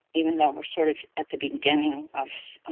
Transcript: even though we're sort of at the beginning of